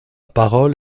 parole